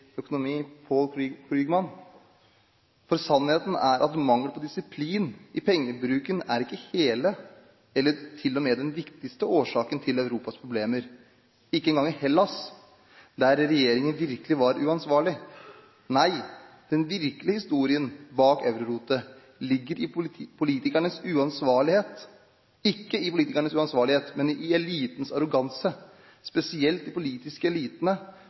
sannheten er at mangel på disiplin i pengebruken er ikke hele, eller til og med den viktigste, årsaken til Europas problemer – ikke engang i Hellas, der regjeringen virkelig var uansvarlig . Nei, den virkelige historien bak eurorotet ligger ikke i politikernes uansvarlighet, men i elitenes arroganse – spesielt de politiske elitene